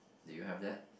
do you have that